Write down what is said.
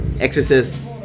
Exorcist